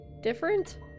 different